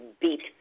beat